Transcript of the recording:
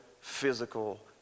physical